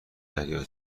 دریا